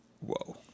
Whoa